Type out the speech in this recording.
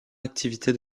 activité